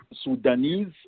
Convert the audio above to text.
Sudanese